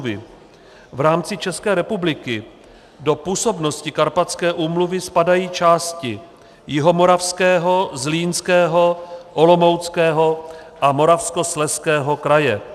V rámci České republiky do působnosti Karpatské úmluvy spadají části Jihomoravského, Zlínského, Olomouckého a Moravskoslezského kraje.